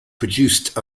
produced